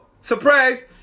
surprise